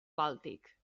bàltic